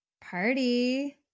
Party